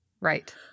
right